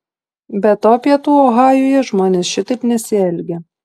be to pietų ohajuje žmonės šitaip nesielgia